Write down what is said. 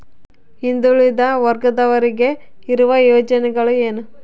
ಹಿಂದುಳಿದ ವರ್ಗದವರಿಗೆ ಇರುವ ಯೋಜನೆಗಳು ಏನು?